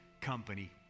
company